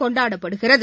கொண்டாடப்படுகிறது